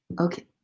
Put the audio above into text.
Okay